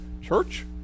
church